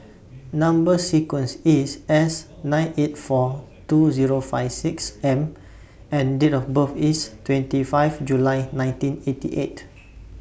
Number sequence IS S nine eight four two Zero five six M and Date of birth IS twenty five July nineteen eighty eight